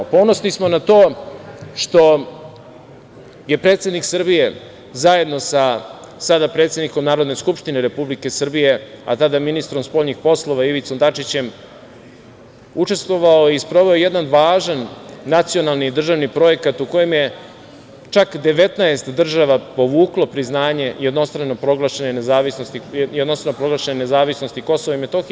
Ponosni smo na to što je predsednik Srbije, zajedno sa sada predsednikom Narodne skupštine Republike Srbije, a tada ministrom spoljnih poslova Ivicom Dačićem učestvovao i sproveo jedan važan nacionalni i državni projekat u kojem je čak 19 država povuklo priznanje jednostrane proglašene nezavisnosti Kosova i Metohije.